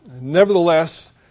nevertheless